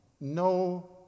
No